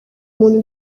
umuntu